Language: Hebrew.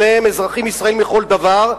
שניהם אזרחים ישראלים לכל דבר,